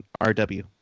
RW